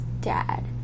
dad